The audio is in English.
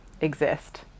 exist